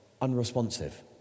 unresponsive